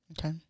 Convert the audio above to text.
Okay